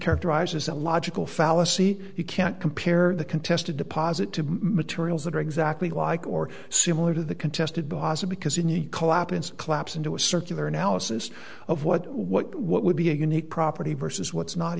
characterized as a logical fallacy you can't compare the contested deposit to materials that are exactly like or similar to the contested bahasa because you need collapse into a circular analysis of what what what would be a unique property versus what's not